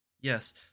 Yes